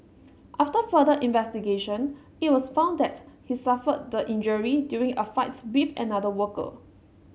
after further investigation it was found that he suffered the injury during a fight with another worker